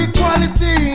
Equality